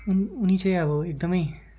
उनी उनी चाहिँ अब एकदमै